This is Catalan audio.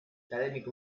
acadèmic